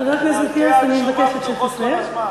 חבר הכנסת אטיאס, אני מבקשת שתסיים.